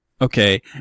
Okay